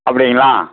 அப்படிங்களா